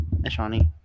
Ashani